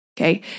Okay